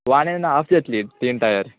one and half जातली तीन tyre